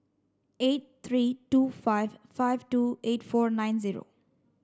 eight three two five five two eight four nine zero